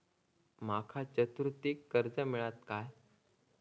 माका चतुर्थीक कर्ज मेळात काय?